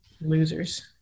Losers